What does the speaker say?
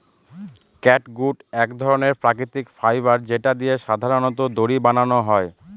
catgut এক ধরনের প্রাকৃতিক ফাইবার যেটা দিয়ে সাধারনত দড়ি বানানো হয়